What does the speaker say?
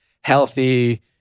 healthy